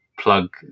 Plug